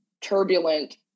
turbulent